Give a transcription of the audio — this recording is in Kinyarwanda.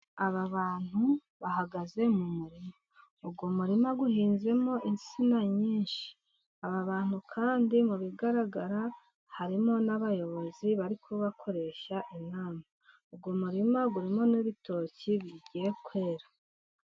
Aba bantu bahagaze mu murima, uyu murima uhinzemo insina nyinshi aba bantu kandi mu bigaragara harimo n'abayobozi bari kubakoresha inama, uyu muririma urimo n'ibitoki bigiye kwera.